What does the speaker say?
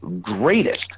greatest